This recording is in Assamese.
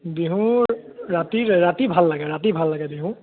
বিহুৰ ৰাতি ৰাতি ভাল লাগে ৰাতি ভাল লাগে বিহু